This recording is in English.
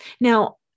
Now